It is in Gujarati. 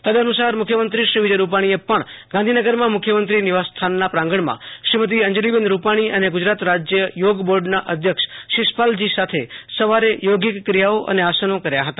તદનુ સાર મુખ્યમંત્રીશ્રી વિજય રૂપાણીએ પણ ગાંધીવ્શરમાં મુખ્યમંત્રી નિવાસ સ્થાનના પ્રાંગણમાં શ્રીમતી અંજલિબહેન રૂપાણી અને ગુજરાત રાજય યોગ બોર્ડના અધ્યક્ષ શિષપાલજી સાથે સવારે થૌગિક ક્રિયાઓ અને આસનો કર્યા હતા